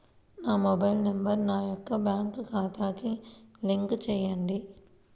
నా mobile number నా యొక్క బ్యాంక్ ఖాతాకి లింక్ చేయండీ?